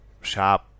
sharp